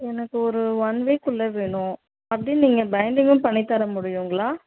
எனக்கு ஒரு one week உள்ளே வேணும் அப்படியே நீங்கள் பைண்டிங்கும் பண்ணித் தர முடியுங்களா